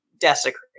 desecrated